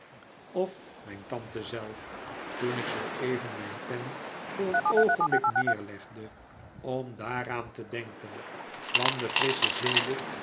of mijn tante zelf toen ik zooeven mijn pen voor een oogenblik neerlegde om daaraan te denken kwam de frissche zeelucht